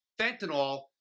fentanyl